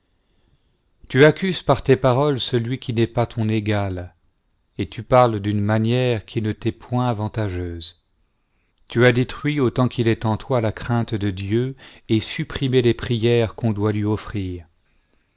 tu accuses par tes paroles celui qui n'est pas ton égal et tu parles d'une manière qui ne t'est point avantageuse tu as détruit autant qu'il est en toi la crainte de dieu et supprimé les prières qu'on doit lui offrir